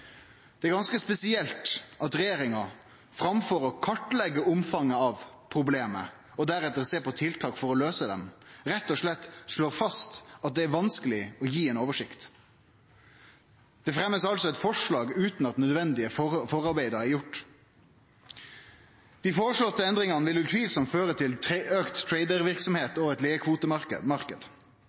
Det er ganske spesielt at regjeringa framfor å kartleggje omfanget av problemet og deretter sjå på tiltak for å løyse dei, rett og slett slår fast at det er vanskeleg å gje ei oversikt. Det blir altså fremja eit forslag utan at dei nødvendige førearbeida er gjorde. Dei føreslåtte endringane vil utvilsamt føre til auka traderverksemd og